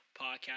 podcast